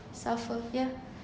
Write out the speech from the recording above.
suffer yeah